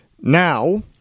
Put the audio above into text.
now